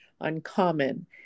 uncommon